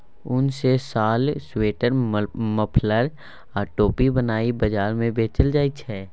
उन सँ साल, स्वेटर, मफलर आ टोपी बनाए बजार मे बेचल जाइ छै